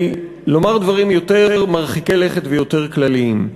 לומר דברים יותר מרחיקי לכת ויותר כלליים.